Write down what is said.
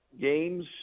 games